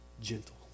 gentle